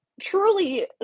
truly